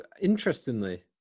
interestingly